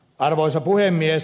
arvoisa puhemies